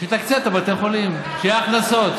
בשביל לתקצב את בתי החולים, שיהיו הכנסות.